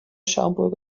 schaumburg